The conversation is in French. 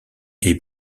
est